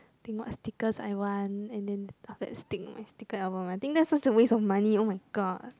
think what stickers I want and then after that stick on my sticker album I think that's such a waste of money oh-my-god